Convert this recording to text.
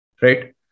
right